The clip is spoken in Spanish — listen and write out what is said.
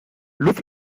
luz